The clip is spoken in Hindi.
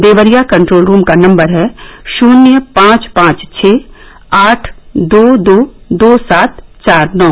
देवरिया कन्ट्रोल रूम का नम्बर है शन्य पांच पांच छः आठ दो दो सात चार नौ